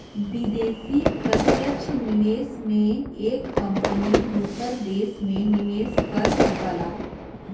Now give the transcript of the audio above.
विदेशी प्रत्यक्ष निवेश में एक कंपनी दूसर देस में निवेस कर सकला